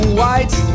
white